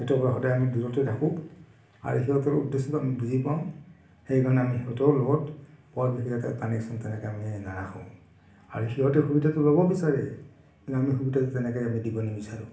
সেইটোৰ পৰা সদায় আমি দূৰতে থাকোঁ আৰু সিহঁতৰ উদ্দেশ্যটো আমি বুজি পাওঁ সেইকাৰণে আমি সিহঁতৰ লগত বৰ বিশেষ এটা কানেকশ্যন তেনেকৈ আমি নাৰাখোঁ আৰু সিহঁতে সুবিধাটো ল'ব বিচাৰে কিন্তু আমি সুবিধাটো তেনেকৈ আমি দিব নিবিচাৰোঁ